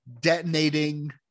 detonating